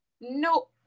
No